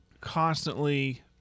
Constantly